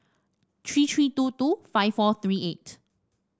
three three two two five four three eight